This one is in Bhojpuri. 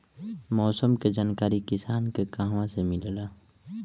मौसम के जानकारी किसान के कहवा से मिलेला?